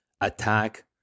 attack